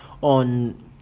on